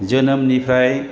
जोनोमनिफ्राय